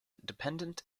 dependent